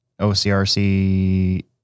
OCRC